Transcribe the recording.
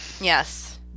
yes